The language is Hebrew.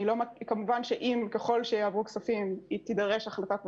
כמובן שככל שיעברו כספים, תידרש החלטת ממשלה.